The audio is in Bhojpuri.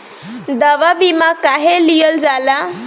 दवा बीमा काहे लियल जाला?